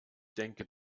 denke